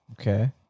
Okay